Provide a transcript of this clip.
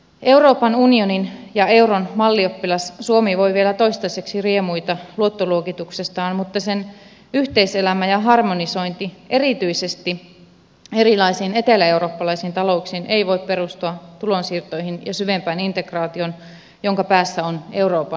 euroopan unionin ja euron mallioppilas suomi voi vielä toistaiseksi riemuita luottoluokituksestaan mutta sen yhteiselämä ja harmonisointi erityisesti erilaisiin eteläeurooppalaisiin talouksiin ei voi perustua tulonsiirtoihin ja syvempään integraatioon jonka päässä on euroopan liittovaltio